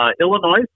Illinois